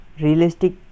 realistic